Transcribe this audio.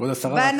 כבוד השרה,